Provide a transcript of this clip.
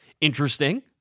Interesting